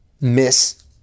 miss